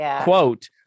quote